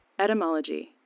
Etymology